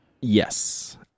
Yes